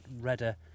redder